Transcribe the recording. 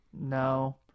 no